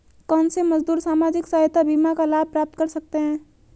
कौनसे मजदूर सामाजिक सहायता बीमा का लाभ प्राप्त कर सकते हैं?